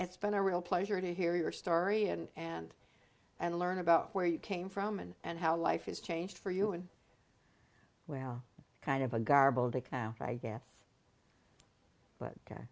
it's been a real pleasure to hear your story and and and learn about where you came from and and how life has changed for you and well kind of a